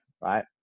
right